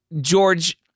George